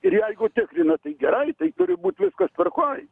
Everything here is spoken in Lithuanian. ir jeigu tikrina tai gerai tai turi būt viskas tvarkoj